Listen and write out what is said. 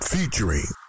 Featuring